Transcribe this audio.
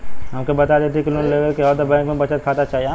हमके बता देती की लोन लेवे के हव त बैंक में बचत खाता चाही?